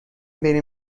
بریم